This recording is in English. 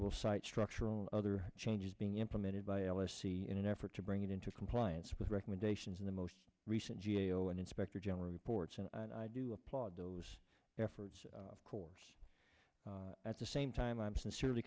will cite structural other changes being implemented by l s e in an effort to bring it into compliance with recommendations in the most recent g a o and inspector general reports and i do applaud those efforts of course at the same time i am sincerely